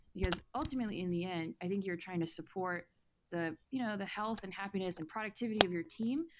because ultimately in the end, i think you're trying to support the you know the health and happiness and productivity of your team,